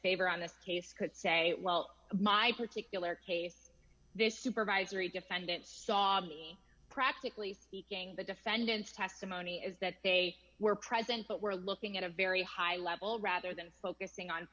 on this case could say well my particular case this supervisory defendant saw me practically speaking the defendant's testimony is that they were present but were looking at a very high level rather than focusing on